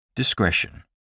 Discretion